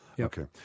Okay